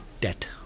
Debt